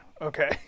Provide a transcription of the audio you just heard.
okay